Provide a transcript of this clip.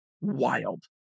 wild